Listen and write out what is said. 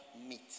meet